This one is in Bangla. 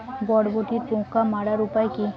বরবটির পোকা মারার উপায় কি?